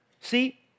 See